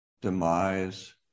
demise